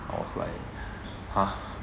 I was like !huh!